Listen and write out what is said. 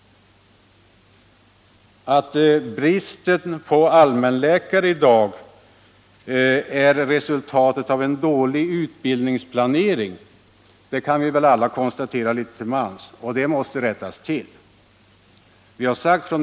Vidare kan vi väl litet till mans konstatera att bristen på allmänläkare i dag är resultatet av en dålig utbildningsplanering — och det måste rättas till.